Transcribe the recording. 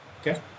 Okay